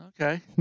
Okay